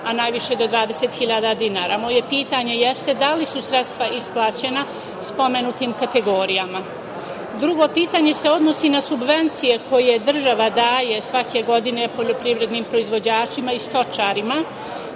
a najviše do 20.000 dinara. Moje pitanje jeste da li su sredstva isplaćena spomenutim kategorijama? Drugo pitanje se odnosi na subvencije koje država daje svake godine poljoprivrednim proizvođačima i stočarima.